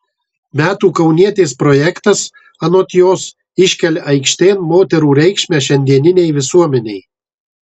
metų kaunietės projektas anot jos iškelia aikštėn moterų reikšmę šiandieninei visuomenei